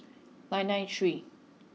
nine nine three